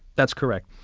that's correct.